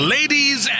Ladies